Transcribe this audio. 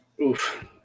Oof